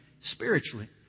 spiritually